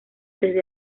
desde